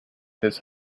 his